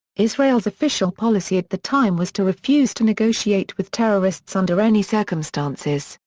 israel's official policy at the time was to refuse to negotiate with terrorists under any circumstances,